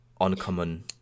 uncommon